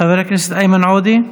חבר הכנסת איימן עודה.